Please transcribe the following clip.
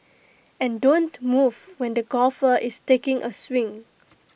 and don't move when the golfer is taking A swing